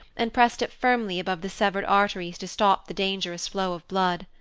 and pressed it firmly above the severed artery to stop the dangerous flow of blood.